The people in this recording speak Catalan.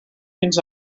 fins